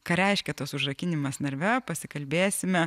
ką reiškia tas užrakinimas narve pasikalbėsime